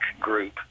group